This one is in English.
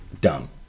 dumb